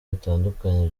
bitandukanye